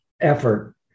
effort